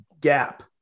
gap